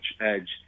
edge